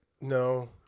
No